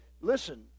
Listen